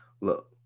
Look